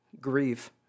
grieve